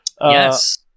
Yes